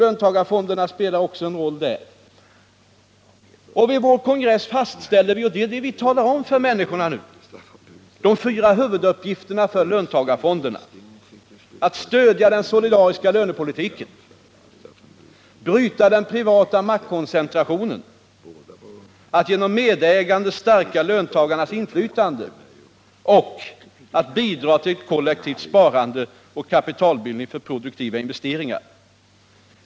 Löntagarfonderna spelar alltså en roll även i detta sammanhang. Vid vår kongress fastställde vi — och det är det som vi nu talar om för människorna — de fyra huvuduppgifterna för löntagarfonderna: att stödja den solidariska lönepolitiken, att bryta den privata maktkoncentrationen, att genom medägande stärka löntagarnas inflytande och att bidra till kollektivt sparande och kapitalbildning för produktiva investeringar.